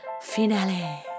finale